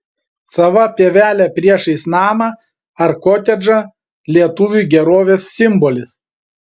sava pievelė priešais namą ar kotedžą lietuviui gerovės simbolis